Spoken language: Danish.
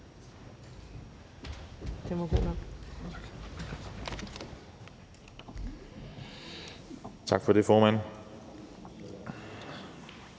Tak for det, formand.